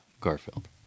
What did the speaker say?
Garfield